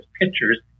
pictures